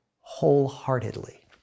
wholeheartedly